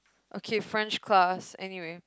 okay french class anyway